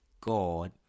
God